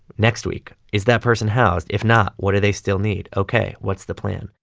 next week, is that person housed? if not, what do they still need? ok, what's the plan?